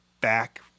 back